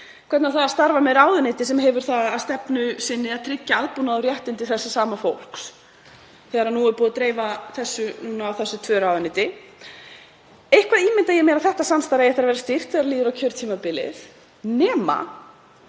Hvernig á að starfa með ráðuneyti sem hefur það að stefnu sinni að tryggja aðbúnað og réttindi þessa sama fólks þegar nú er búið að dreifa þessu á tvö ráðuneyti? Eitthvað ímynda ég mér að þetta samstarf eigi eftir að vera stirt þegar líður á kjörtímabilið nema